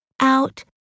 out